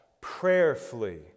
prayerfully